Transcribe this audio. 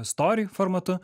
stori formatu